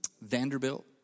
Vanderbilt